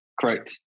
Correct